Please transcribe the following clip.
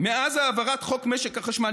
"מאז העברת חוק משק החשמל,